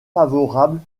favorables